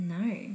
No